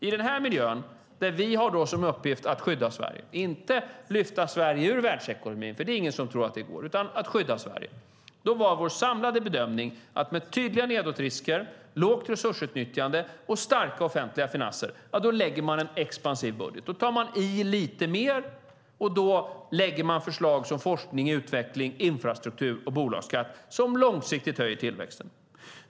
I den miljön, där vi har som uppgift att skydda Sverige - inte lyfta Sverige ur världsekonomin, för det är ingen som tror att det går - var vår samlade bedömning att man med tydliga nedåtrisker, lågt resursutnyttjande och starka offentliga finanser lägger fram en expansiv budget. Då tar man i lite mer, och då lägger man fram förslag om forskning, utveckling, infrastruktur och bolagsskatt som långsiktigt höjer tillväxten.